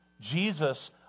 Jesus